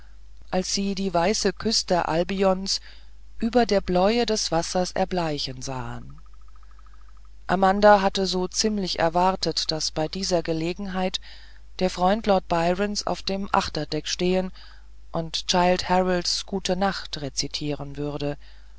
als sie die weiße küste albions über der bläue des wassers erbleichen sahen amanda hatte so ziemlich erwartet daß bei dieser gelegenheit der freund lord byrons auf dem achterdeck stehen und childe harolds gute nacht rezitieren würde